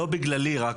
לא בגללי רק,